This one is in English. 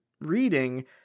reading